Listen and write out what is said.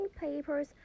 papers